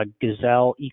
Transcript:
Gazelle